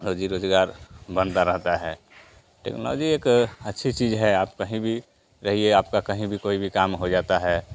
रोज़ी रोज़गार बनता रहता है टेक्नोलॉजी एक अच्छी चीज़ है आप कहीं भी रहिए आपका कहीं भी कोई भी काम हो जाता है